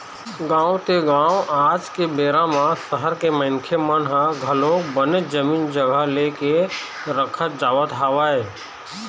गाँव ते गाँव आज के बेरा म सहर के मनखे मन ह घलोक बनेच जमीन जघा ले के रखत जावत हवय